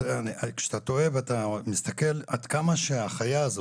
כשאתה תוהה ואתה מסתכל עד כמה החיה הזאת,